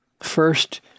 First